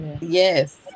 Yes